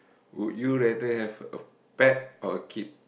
would you rather have a pet or a kid